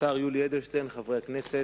השר יולי אדלשטיין, חברי הכנסת,